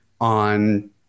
on